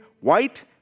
white